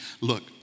look